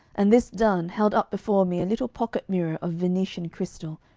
and this done, held up before me a little pocket-mirror of venetian crystal,